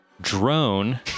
drone